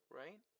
right